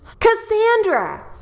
Cassandra